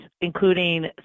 including